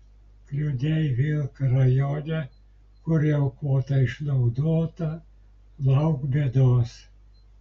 kliudei vilką rajone kur jau kvota išnaudota lauk bėdos